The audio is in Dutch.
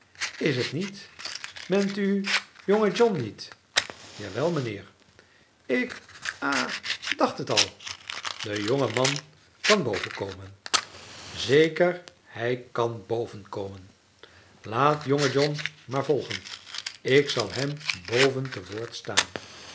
is t niet betnt u jonge john niet ja wel mij nheer ik ha dacht het al de jonge man kan boven komen zeker hij kan boven komen laat jonge john maar volgen ik zal hem boven te woord staan